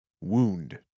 Wound